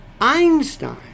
Einstein